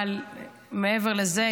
אבל מעבר לזה,